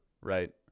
right